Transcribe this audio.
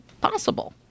possible